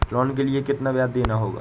Loan के लिए कितना ब्याज देना होगा?